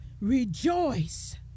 rejoice